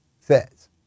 says